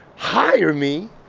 hire me,